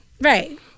right